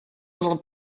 little